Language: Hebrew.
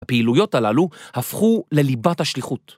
הפעילויות הללו הפכו לליבת השליחות.